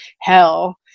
hell